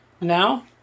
now